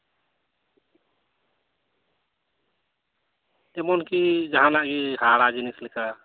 ᱮᱢᱚᱱ ᱠᱤ ᱡᱟᱦᱟᱱᱟᱜ ᱜᱮ ᱦᱟᱦᱟᱲᱟᱜ ᱡᱤᱱᱤᱥ ᱞᱮᱠᱟ